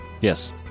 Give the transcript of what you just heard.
Yes